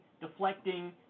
deflecting